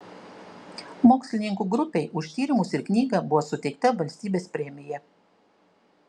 mokslininkų grupei už tyrimus ir knygą buvo suteikta valstybės premija